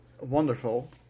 wonderful